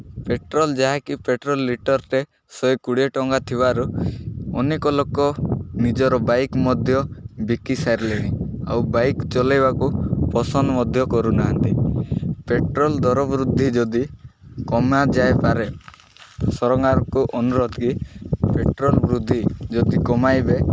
petrol ଯାହାକି petrol ଲିଟର୍ଟେ ଶହେ କୋଡ଼ିଏ ଟଙ୍କା ଥିବାରୁ ଅନେକ ଲୋକ ନିଜର ବାଇକ୍ ମଧ୍ୟ ବିକି ସାରିଲେଣି ଆଉ ବାଇକ୍ ଚଲାଇବାକୁ ପସନ୍ଦ ମଧ୍ୟ କରୁନାହାନ୍ତି ପେଟ୍ରୋଲ୍ ଦର ବୃଦ୍ଧି ଯଦି କମାଯାଇପାରେ ସରକାରକୁ ଅନୁରୋଧ କିି ପେଟ୍ରୋଲ୍ ବୃଦ୍ଧି ଯଦି କମାଇବେ